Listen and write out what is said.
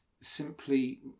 simply